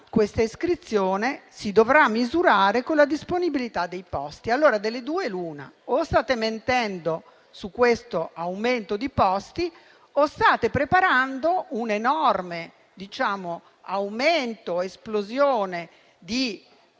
questa iscrizione si dovrà misurare con la disponibilità dei posti. Allora, delle due l'una: o state mentendo su questo aumento di posti o state preparando una enorme esplosione di lavoro